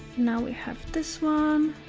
now we have this one,